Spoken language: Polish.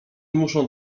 muszą